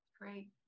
Great